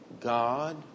God